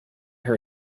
her